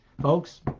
Folks